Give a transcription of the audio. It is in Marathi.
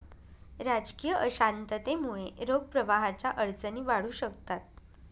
राजकीय अशांततेमुळे रोख प्रवाहाच्या अडचणी वाढू शकतात